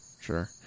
sure